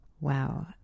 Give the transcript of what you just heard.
Wow